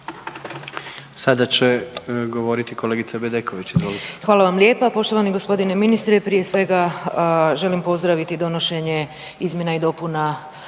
**Bedeković, Vesna (HDZ)** Hvala vam lijepa. Poštovani g. ministre. Prije svega želim pozdraviti donošenje izmjena i dopuna